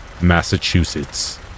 Massachusetts